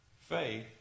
Faith